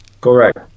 Correct